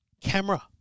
camera